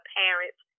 parents